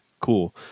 cool